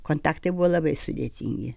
kontaktai buvo labai sudėtingi